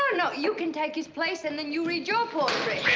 no. no. you can take his place, and then you read your poetry.